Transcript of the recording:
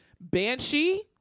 Banshee